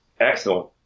excellent